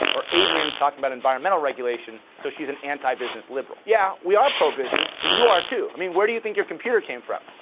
or adriene's talking about environmental regulations, so she's an anti-business liberal. yeah, we are pro-business and you are too. i mean, where do you think your computer came from?